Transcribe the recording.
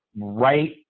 right